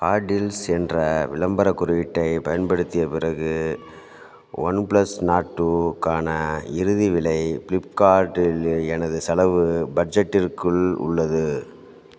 hot deals என்ற விளம்பரக் குறியீட்டைப் பயன்படுத்திய பிறகு ஒன் ப்ளஸ் நார்ட் டூ க்கான இறுதி விலை ப்ளிப்கார்ட் இல் எனது செலவு பட்ஜெட்டிற்குள் உள்ளது